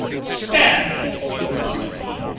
stab me! you must have been.